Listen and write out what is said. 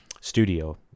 studio